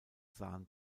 sahen